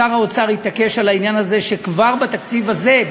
שר האוצר התעקש על העניין הזה שכבר בתקציב הזה,